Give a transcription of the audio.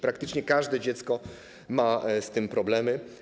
Praktycznie każde dziecko ma z tym problemy.